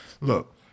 look